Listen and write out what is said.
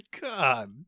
God